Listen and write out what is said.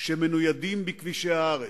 בכבישי הארץ.